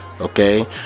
okay